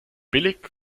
billig